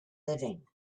living